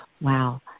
wow